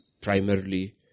primarily